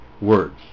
words